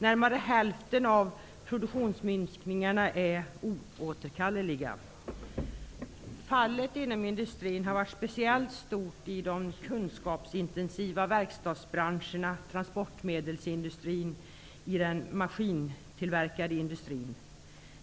Närmare hälften av produktionsminskningen är oåterkallelig. Fallet inom industrin har varit speciellt stor i de kunskapsintensiva verkstadsbranscherna, transportmedelsindustrin och i den maskintillverkande industrin.